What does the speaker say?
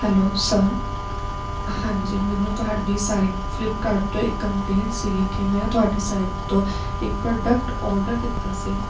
hello sir ਹਾਂਜੀ ਮੈਨੂੰ ਤੁਹਾਡੀ ਸਾਈਟ ਫਲਿਪਕਾਰਡ ਤੋਂ ਇੱਕ ਕੰਪਲੇਂਟ ਸੀਗੀ ਕਿ ਮੈਂ ਤੁਹਾਡੀ ਸਾਈਟ ਤੋਂ ਇੱਕ ਪ੍ਰੋਡਕਟ ਆਰਡਰ ਕੀਤਾ ਸੀ